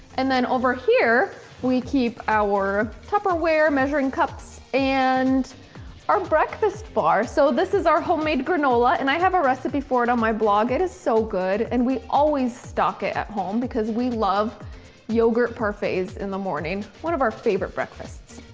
and then over here we keep our tupperware, measuring cups and our breakfast bar. so this is our homemade granola and i have a recipe for it on my blog. it is so good and we always stock it at home because we love yogurt parfaits in the morning. one of our favorite breakfasts.